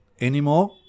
anymore